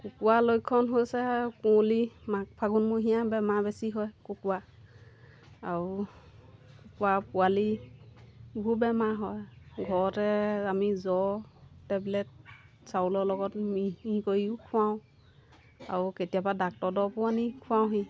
কুকুৰা লক্ষণ হৈছে কুঁৱলি মাঘ ফাগুনমহীয়া বেমাৰ বেছি হয় কুকুৰা আৰু কুকুৰা পোৱালিবোৰো বেমাৰ হয় ঘৰতে আমি জ্বৰ টেবলেট চাউলৰ লগত মিহি কৰিও খুৱাওঁ আৰু কেতিয়াবা ডাক্টৰৰ দৰৱো আনি খুৱাওঁহি